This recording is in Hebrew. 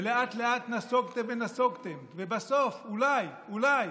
ולאט-לאט נסוגותם ונסוגותם ובסוף אולי, אולי,